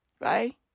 right